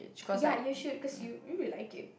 ya you should cause you you will like it